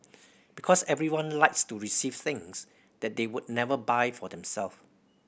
because everyone likes to receive things that they would never buy for them self